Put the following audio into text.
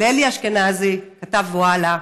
לאלי אשכנזי, כתב וואלה,